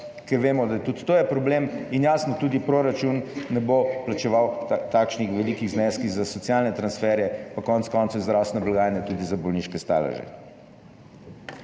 ker vemo, da je tudi to problem, in jasno tudi proračun ne bo plačeval takšnih velikih zneskov za socialne transferje, pa konec koncev iz zdravstvene blagajne tudi za bolniške staleže.